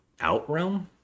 Outrealm